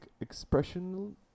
expression